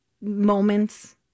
moments